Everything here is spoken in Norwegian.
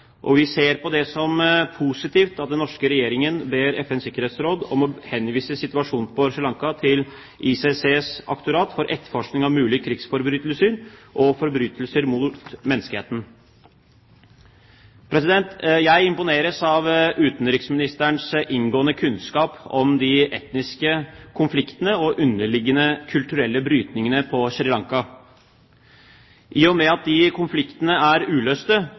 Vi ser det som positivt at den norske regjeringen ber FNs sikkerhetsråd om å henvise situasjonen på Sri Lanka til ICCs aktorat for etterforskning av mulige krigsforbrytelser og forbrytelser mot menneskeheten. Jeg imponeres av utenriksministerens inngående kunnskap om de etniske konfliktene og de underliggende kulturelle brytningene på Sri Lanka. I og med at de konfliktene er uløste,